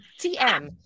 TM